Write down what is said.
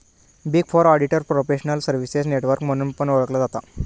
big four auditor professional services network म्हणून पण ओळखला जाता